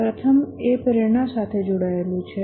પ્રથમ એ પ્રેરણા સાથે જોડાયેલું છે